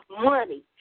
money